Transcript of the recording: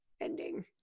ending